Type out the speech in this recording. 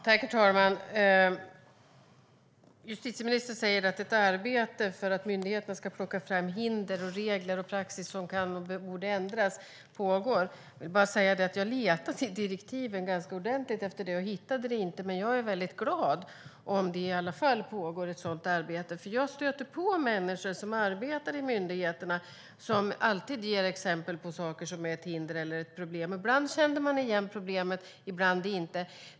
Herr talman! Justitieministern säger att ett arbete pågår för att myndigheterna ska plocka fram regler och praxis som borde ändras. Jag vill bara säga att jag har letat i direktiven ganska ordentligt efter det men hittade det inte. Men jag är väldigt glad om det i alla fall pågår ett sådant arbete, för jag stöter på människor som arbetar i myndigheterna som alltid ger exempel på saker som är ett hinder eller ett problem. Ibland känner jag igen problemet och ibland inte.